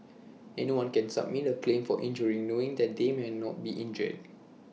anyone can submit A claim for injury knowing that they may not be injured